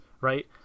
right